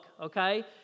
okay